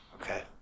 okay